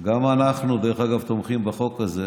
גם אנחנו, דרך אגב, תומכים בחוק הזה.